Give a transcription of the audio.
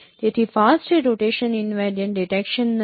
તેથી FAST એ rotation invariant detection નથી